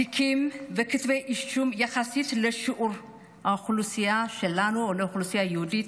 התיקים וכתבי האישום יחסית לשיעור האוכלוסייה שלנו באוכלוסייה היהודית,